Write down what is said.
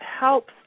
helps